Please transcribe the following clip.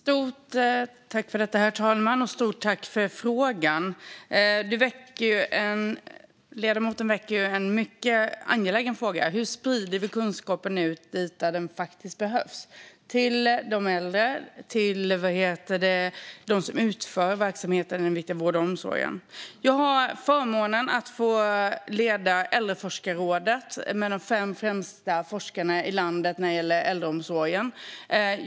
Herr talman! Stort tack för frågan, ledamoten! Ledamoten ställde en mycket angelägen fråga: Hur sprider vi kunskapen dit där den faktiskt behövs, alltså till de äldre och till dem som utför verksamheten i den viktiga vården och omsorgen? Jag har förmånen att få leda Äldreforskarrådet med de fem främsta forskarna i landet när det gäller äldreomsorgen.